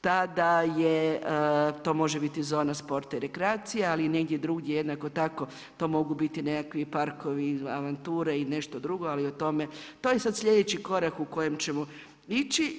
Tada to može biti zona sporta i rekreacije, ali negdje drugdje, jednako tako to mogu biti nekakvi parkovi, avanture i nešto drugo, ali o tome, to je sad sljedeći korak u kojem ćemo ići.